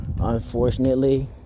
unfortunately